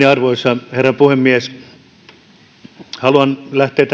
arvoisa herra puhemies haluan lähteä